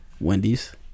Wendy's